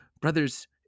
Brothers